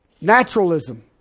Naturalism